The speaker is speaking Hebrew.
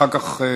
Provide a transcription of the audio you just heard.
אחר כך,